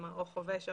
כלומר, או חובש או